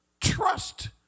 Trust